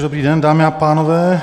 Dobrý den, dámy a pánové.